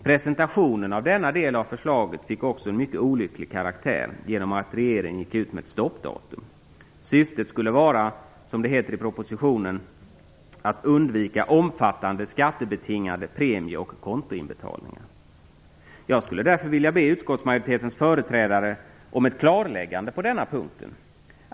Presentationen av denna del av förslaget fick också en mycket olycklig karaktär genom att regeringen gick ut med ett stoppdatum. Syftet skulle vara - som det heter i propositionen - att undvika omfattande skattebetingade premie och kontoinbetalningar. Jag vill därför be utskottsmajoritetens företrädare om ett klarläggande på denna punkt.